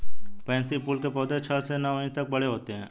pansy फूल के पौधे छह से नौ इंच तक बड़े होते हैं